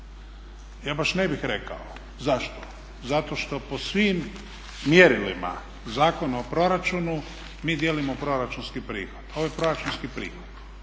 Ja baš ne bih rekao. Zašto? Zato što po svim mjerilima Zakona o proračunu mi dijelimo proračunski prihod. Ovo je proračunski prihod,